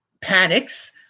panics